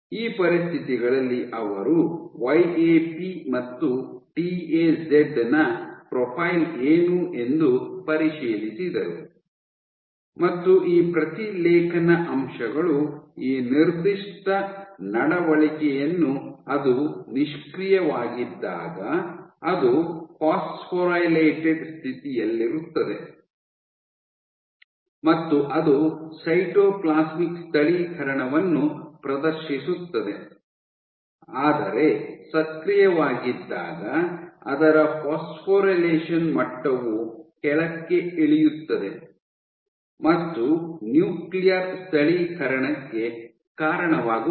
ಈ ಪರಿಸ್ಥಿತಿಗಳಲ್ಲಿ ಅವರು ವೈ ಎ ಪಿ ಮತ್ತು ಟಿ ಎ ಜೆಡ್ ನ ಪ್ರೊಫೈಲ್ ಏನು ಎಂದು ಪರಿಶೀಲಿಸಿದರು ಮತ್ತು ಈ ಪ್ರತಿಲೇಖನ ಅಂಶಗಳು ಈ ನಿರ್ದಿಷ್ಟ ನಡವಳಿಕೆಯನ್ನು ಅದು ನಿಷ್ಕ್ರಿಯವಾಗಿದ್ದಾಗ ಅದು ಫಾಸ್ಫೊರಿಲೇಟೆಡ್ ಸ್ಥಿತಿಯಲ್ಲಿರುತ್ತದೆ ಮತ್ತು ಅದು ಸೈಟೋಪ್ಲಾಸ್ಮಿಕ್ ಸ್ಥಳೀಕರಣವನ್ನು ಪ್ರದರ್ಶಿಸುತ್ತದೆ ಆದರೆ ಸಕ್ರಿಯವಾಗಿದ್ದಾಗ ಅದರ ಫಾಸ್ಫೊರಿಲೇಷನ್ ಮಟ್ಟವು ಕೆಳಕ್ಕೆ ಇಳಿಯುತ್ತದೆ ಮತ್ತು ನ್ಯೂಕ್ಲಿಯರ್ ಸ್ಥಳೀಕರಣಕ್ಕೆ ಕಾರಣವಾಗುತ್ತದೆ